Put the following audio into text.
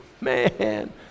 man